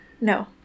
No